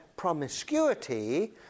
promiscuity